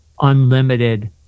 unlimited